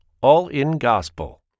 all-in-gospel